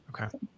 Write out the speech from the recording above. Okay